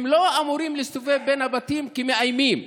הם לא אמורים להסתובב בין הבתים כמאיימים,